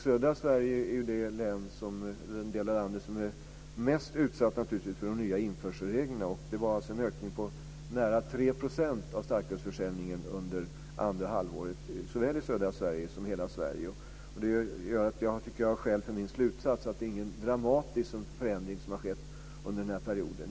Södra Sverige är ju naturligtvis den del av landet som är mest utsatt för de nya införselreglerna, och där skedde en ökning av starkölsförsäljningen med nära 3 % under andra halvåret såväl i södra Sverige som i övriga Sverige. Det gör att jag tycker att jag har skäl för min slutsats, att det inte är någon dramatisk förändring som har skett under den här perioden.